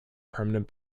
permanent